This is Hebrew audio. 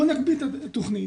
בואו נגביל את התוכנית